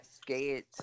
scared